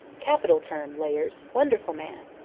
capital term layers! wonderful man!